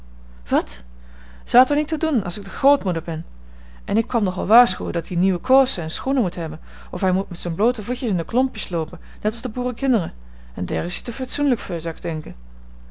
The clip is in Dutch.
wat zou het er niet toe doen dat ik de grootmoeder ben en ik kwam nogal waarschuwen dat ie nieuwe kousen en schoenen moet hebben of hij moet met zijn bloote voetjes in de klompjes loopen net als de boerenkinderen en deer is hij te fesoenlijk veur zou k denken